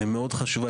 היא ועדה מאוד חשובה,